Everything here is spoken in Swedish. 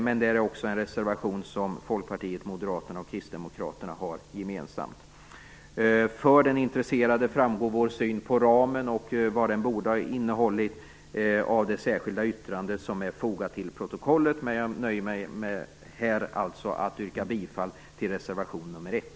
Detta är också en reservation som vi har avgett gemensamt med Folkpartiet och moderaterna. För den intresserade framgår vår syn på ramen och vad den bör innehålla av det särskilda yttrande som finns fogat till betänkandet. Men jag nöjer mig med att yrka bifall till reservation nr 1.